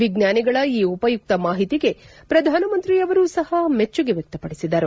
ವಿಜ್ಞಾನಿಗಳ ಈ ಉಪಯುಕ್ತ ಮಾಹಿತಿಗೆ ಪ್ರಧಾನಮಂತ್ರಿಯವರೂ ಸಹ ಮೆಚ್ಚುಗೆ ವ್ಯಕ್ತಪಡಿಸಿದರು